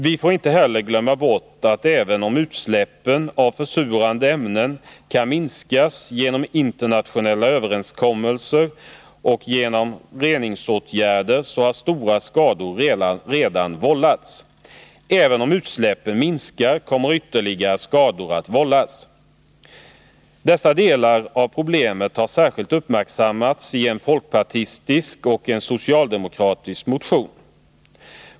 Vi får inte heller glömma bort att även om utsläppen av försurande ämnen kan minskas genom internationella överenskommelser och genom reningsåtgärder så har stora skador redan vållats. Även om utsläppen minskar, kommer ytterligare skador att vållas. Dessa delar av problemet har särskilt uppmärksammats i en folkpartistisk och en socialdemokratisk motion.